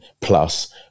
plus